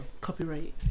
Copyright